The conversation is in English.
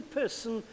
person